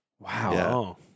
Wow